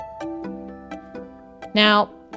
Now